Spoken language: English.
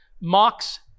mocks